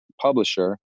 publisher